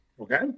Okay